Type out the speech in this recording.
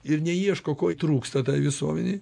ir neieško ko trūksta tai visuomenei